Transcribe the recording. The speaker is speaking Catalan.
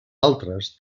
altres